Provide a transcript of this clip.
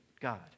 God